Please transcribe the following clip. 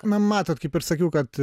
na matot kaip ir sakiau kad